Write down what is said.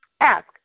Ask